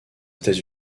états